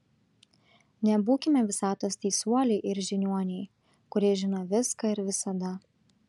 nebūkime visatos teisuoliai ir žiniuoniai kurie žino viską ir visada